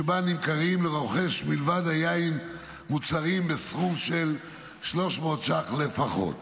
שבה נמכרים לרוכש מלבד היין מוצרים בסכום של 300 שקלים לפחות.